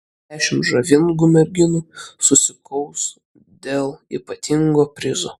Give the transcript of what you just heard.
dešimt žavingų merginų susikaus dėl ypatingo prizo